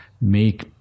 make